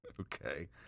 Okay